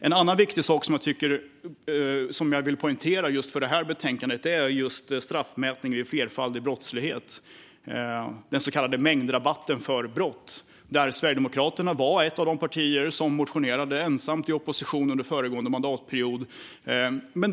En annan viktig sak jag vill poängtera när det gäller just detta betänkande är straffmätningen vid flerfaldig brottslighet - den så kallade mängdrabatten för brott. Sverigedemokraterna var ett av de partier som i opposition under föregående mandatperiod motionerade om detta.